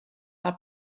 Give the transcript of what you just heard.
are